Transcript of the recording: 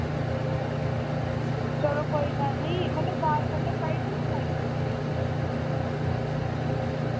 चलो कोई गल्ल नेईं मतलब डार्क कलर चाहिदे न लाइट